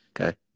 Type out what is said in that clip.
Okay